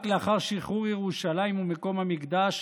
רק לאחר שחרור ירושלים ומקום המקדש